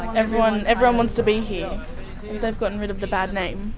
everyone, everyone wants to be here and they've gotten rid of the bad name.